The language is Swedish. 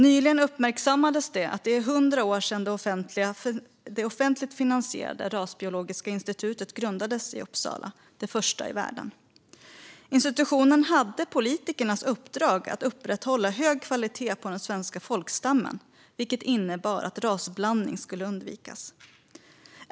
Nyligen uppmärksammades att det är 100 år sedan det offentligt finansierade Rasbiologiska institutet grundades i Uppsala, det första i världen. Institutionen hade politikernas uppdrag att upprätthålla hög kvalitet på den svenska folkstammen, vilket innebar att rasblandning skulle undvikas.